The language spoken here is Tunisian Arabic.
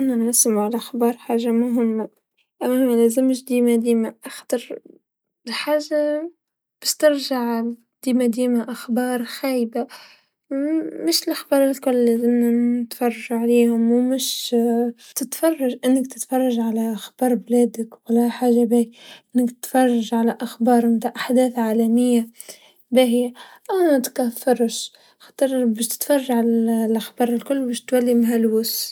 أن نسمعو لخبار حاجه مهمه أما ملزمش ديما ديما، حاجه باش ترجع ديما ديما أخبار خايبه مس الأخبار الكل لازمنا نتفرجو عليهم و مش، تتفرج أنك تتفرج على أخبار بلادك و لا حاجه باهيا و لا تتفرج على أخبار نتع أخبار عالميا باهيا، خاطر باش تتفرج على أخبار الكل باش تولي مهلوس.